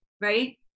Right